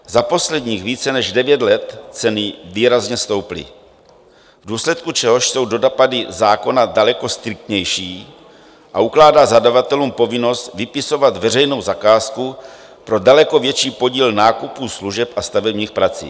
Za posledních více než devět let ceny výrazně stouply, v důsledku čehož jsou dopady zákona daleko striktnější a ukládá zadavatelům povinnost vypisovat veřejnou zakázku pro daleko větší podíl nákupu služeb a stavebních prací.